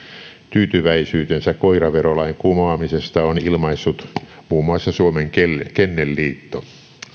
tyytyväisyytensä koiraverolain kumoamisesta on ilmaissut muun muassa suomen kennelliitto